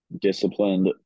disciplined